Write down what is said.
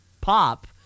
pop